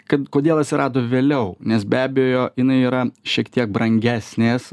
kad kodėl atsirado vėliau nes be abejo jinai yra šiek tiek brangesnės